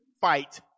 fight